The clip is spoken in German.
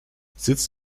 sitz